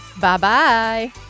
Bye-bye